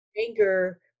anger